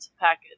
package